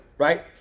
Right